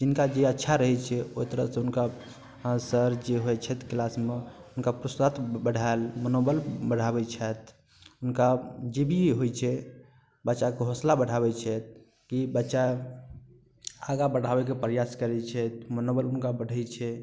जिनका जे अच्छा रहै छै ओइ तरहसँ हुनका हमर सर जे होइ छथि क्लासमे हुनका प्रोत्साहन बढ़ायल मनोबल बढ़ाबै छथि हुनका जे भी होइ छै बच्चाके हौसला बढ़ाबै छथि कि बच्चा आगा बढ़ाबैके प्रयास करै छथि मनोबल हुनका बढ़ै छै